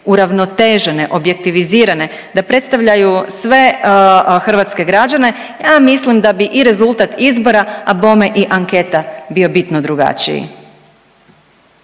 uravnotežene, objektivizirane da predstavljaju sve hrvatske građane, ja mislim da bi i rezultat izbora, a i bome anketa bio bitno drugačiji.